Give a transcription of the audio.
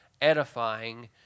edifying